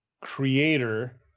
Creator